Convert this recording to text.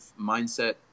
mindset